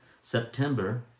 September